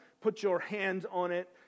put-your-hands-on-it